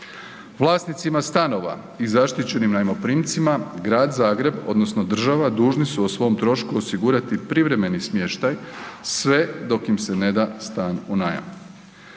Vlasnicima stanova i zaštićenim najmoprimcima Grad Zagreb odnosno država dužni su o svom trošku osigurati privremeni smještaj sve dok im se ne da stan u najam.